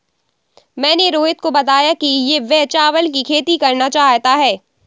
मैंने रोहित को बताया कि वह चावल की खेती करना चाहता है